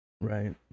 Right